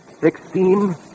Sixteen